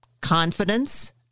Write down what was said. confidence